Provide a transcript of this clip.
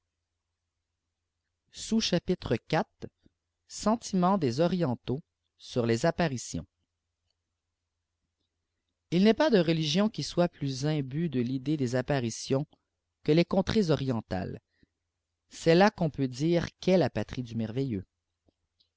sentiments des orientaux sur les apparitions n n'est pas de religions qui soient plus imbues de l'idée des apparitions que les contrées orientales c'est là qu'on peut dire qu'est la patrie mi merveilleux